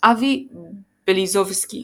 אבי בליזובסקי,